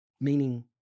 meaning